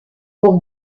pour